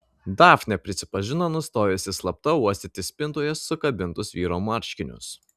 dafnė prisipažino nustojusi slapta uostyti spintoje sukabintus vyro marškinius